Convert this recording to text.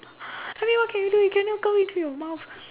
I mean what can you do it cannot go into your mouth